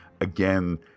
again